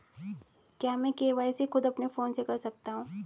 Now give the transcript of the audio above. क्या मैं के.वाई.सी खुद अपने फोन से कर सकता हूँ?